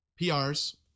PRs